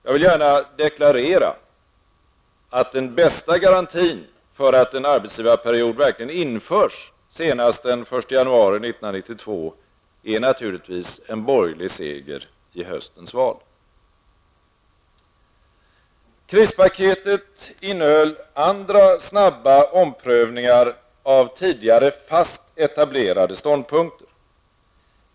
Jag vill gärna deklarera att den bästa garantin för att en arbetsgivarperiod verkligen införs senast den 1 januari 1992 är naturligtvis en borgerlig seger i höstens val. Krispaketet innehöll andra snabba omprövningar av tidigare fast etablerade ståndpunkter.